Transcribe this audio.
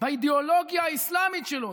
באידיאולוגיה האסלאמית שלו.